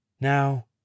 Now